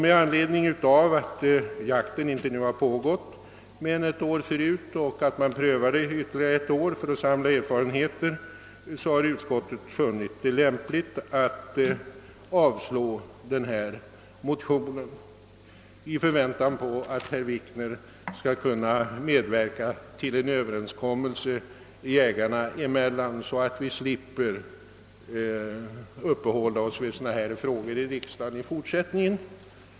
Med anledning av att denna jaktform inte har pågått mer än ett år och man nu bör pröva den under ytterligare ett år för att samla erfarenheter har utskottet funnit det lämpligt att avstyrka motionen, i förväntan att herr Wikner skall medverka till en överenskommelse jägarna emellan, så att vi slipper uppehålla oss vid sådana här frågor i riksdagen i fortsättningen.